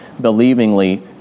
believingly